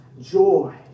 joy